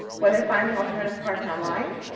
whether finding alternative parts online,